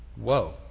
Whoa